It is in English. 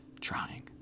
trying